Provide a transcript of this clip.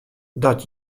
dat